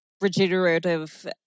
regenerative